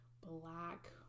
black